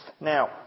Now